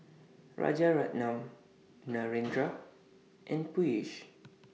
Rajaratnam Narendra and Peyush